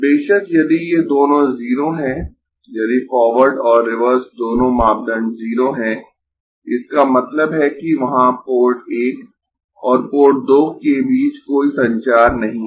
बेशक यदि ये दोनों 0 है यदि फॉरवर्ड और रिवर्स दोनों मापदंड 0 है इसका मतलब है कि वहां पोर्ट 1 और पोर्ट 2 के बीच कोई संचार नहीं है